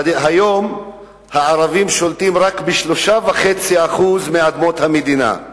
והיום הערבים שולטים רק ב-3.5% מאדמות המדינה,